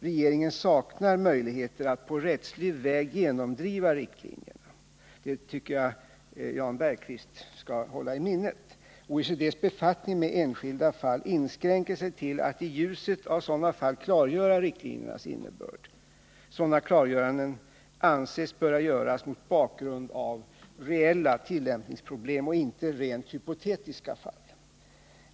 Regeringen saknar möjligheter att på rättslig väg genomdriva riktlinjerna. Det tycker jag Jan Bergqvist skall hålla i minnet. OECD:s befattning med enskilda företag inskränker sig till att i ljuset av sådana fall klargöra riktlinjernas innebörd. Sådana klargöranden anses böra göras mot bakgrund av reella tillämpningsproblem och inte rent hypotetiska fall.